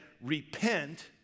Repent